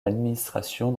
administration